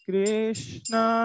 Krishna